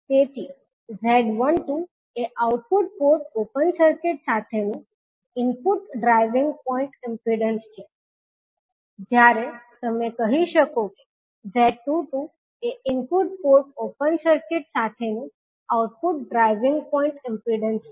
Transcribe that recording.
તેથી 𝐳12 એ output port open circuit સાથેનું ઇનપુટ ડ્રાઇવિંગ પોઇન્ટ ઇમ્પિડન્સ છે જ્યારે તમે કહી શકો કે 𝐳22 એ ઇનપુટ પોર્ટ ઓપન સર્કિટ સાથેનું આઉટપુટ ડ્રાઇવિંગ પોઇન્ટ ઇમ્પિડન્સ છે